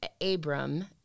Abram